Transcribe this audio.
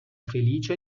felice